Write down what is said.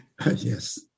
Yes